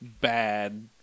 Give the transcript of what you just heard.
bad